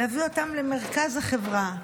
להביא אותם למרכז החברה.